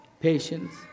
patience